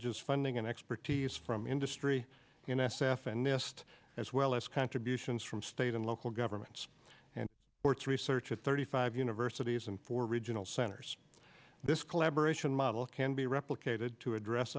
is funding and expertise from industry in s f and nist as well as contributions from state and local governments and works research at thirty five universities and four regional centers this collaboration model can be replicated to address